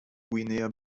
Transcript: guinea